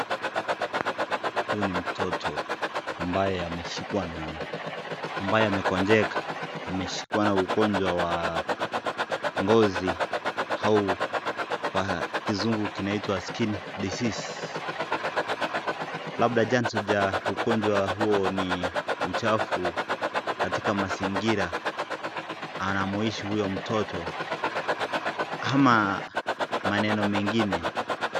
Huyu ni mtoto ambaye ameshikwa na, ambaye amekonjeka. Ameshikwa na ugonjwa wa ngozi au kwa kizungu kinaitwa skin disease . Labda chanzo cha ugonjwa huo ni uchafu katika mazingira anamoishi huyo mtoto ama maneno mengine.